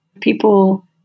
people